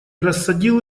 рассадил